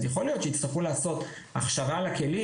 אז יכול להיות שיצטרכו לעשות הכשרה לכלים.